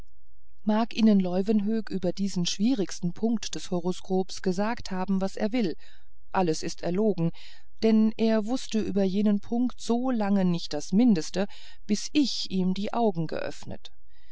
mag ihnen leuwenhoek über diesen schwierigsten punkt des horoskops gesagt haben was er will alles ist erlogen denn er wußte über jenen punkt so lange nicht das mindeste bis ich ihm die augen geöffnet